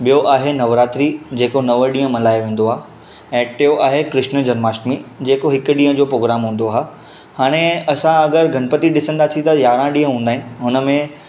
ॿियो आहे नवरात्रि जेको नव ॾींहुं मल्हायो वेंदो आ ऐं टियों आहे कृष्न जनमाष्टमी जेको हिकु ॾींहुं जो पोग्राम हूंदो आहे हाणे असां अगरि गणपती ॾिसंदासीं त यारहां ॾींहु हूंदा आहिनि हुन में